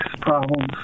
problems